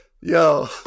yo